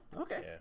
Okay